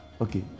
okay